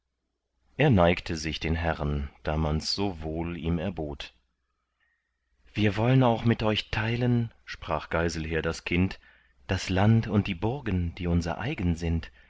er neigte sich den herren da mans so wohl ihm erbot wir wolln auch mit euch teilen sprach geiselher das kind das land und die burgen die unser eigen sind